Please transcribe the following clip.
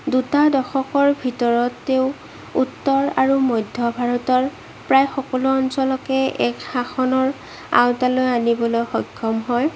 দুটা দশকৰ ভিতৰত তেওঁ উত্তৰ আৰু মধ্য ভাৰতৰ প্ৰায় সকলো অঞ্চলকে এক শাসনৰ আওতালৈ আনিবলৈ সক্ষম হয়